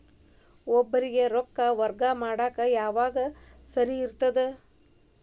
ಒಬ್ಬರಿಗ ರೊಕ್ಕ ವರ್ಗಾ ಮಾಡಾಕ್ ಯಾವಾಗ ಸರಿ ಇರ್ತದ್?